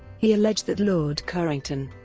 he alleged that lord carrington,